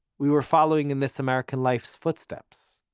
we were following in this american life's footsteps.